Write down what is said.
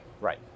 Right